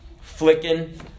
flicking